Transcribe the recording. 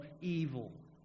evil